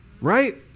right